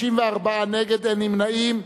54 נגד ואין נמנעים.